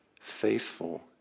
faithful